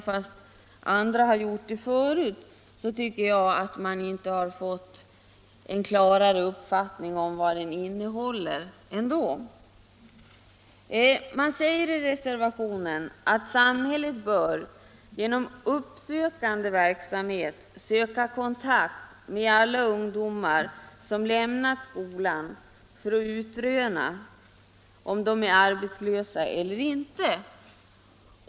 Fast andra gjort det förut tycker jag ändå att man inte fått en klarare uppfattning om vad reservationen innehåller. Man säger i reservationen att samhället bör genom uppsökande verksamhet söka kontakt med alla ungdomar som lämnat skolan för att utröna om de är arbetslösa eller inte.